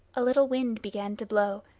a little wind began to blow,